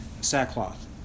sackcloth